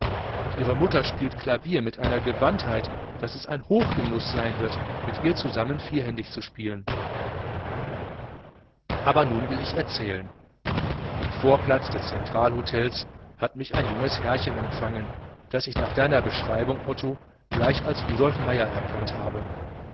und ihre mutter spielt klavier mit einer gewandtheit daß es ein hochgenuß sein wird mit ihr zusammen vierhändig zu spielen aber nun will ich euch erzählen im vorplatz des zentralhotels hat mich ein junges herrchen empfangen den ich nach deiner beschreibung otto gleich als rudolf meier erkannt habe